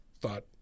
thought